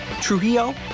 Trujillo